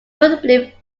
notably